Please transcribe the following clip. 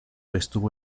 estuvo